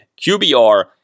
QBR